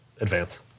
advance